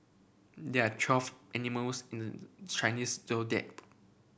there are twelve animals in the Chinese Zodiac